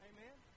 Amen